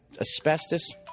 asbestos